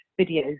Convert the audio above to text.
videos